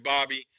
Bobby